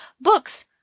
books